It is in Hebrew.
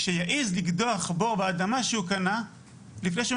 שיעז לקדוח בור באדמה שהוא קנה לפני שיש